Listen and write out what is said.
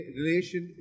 relation